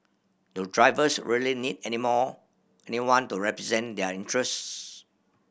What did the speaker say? do drivers really need anymore anyone to represent their interests